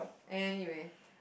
anyway